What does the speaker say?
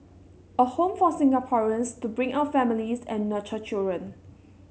a home for Singaporeans to bring up families and nurture children